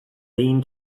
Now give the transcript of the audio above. been